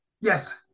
Yes